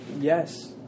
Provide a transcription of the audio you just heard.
yes